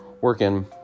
working